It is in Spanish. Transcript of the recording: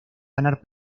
ganar